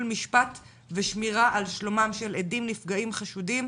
משפט ושמירה על שלומם של עדים נפגעים חשודים,